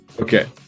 Okay